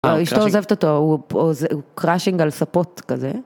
אשתו עוזבת אותו, הוא קראשינג על ספות כזה.